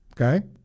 Okay